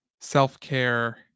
self-care